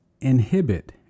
inhibit